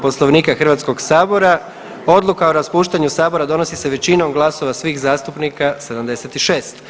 Poslovnika Hrvatskog sabora Odluka o raspuštanju Sabora donosi se većinom glasova svih zastupnika 76.